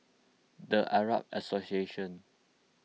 the Arab Association